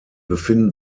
befinden